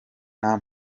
nta